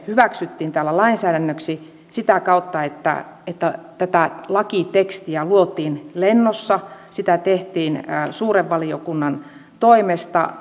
hyväksyttiin täällä lainsäädännöksi sitä kautta että että lakitekstiä luotiin lennossa sitä tehtiin suuren valiokunnan toimesta